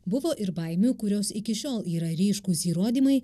buvo ir baimių kurios iki šiol yra ryškūs įrodymai